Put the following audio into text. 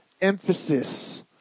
emphasis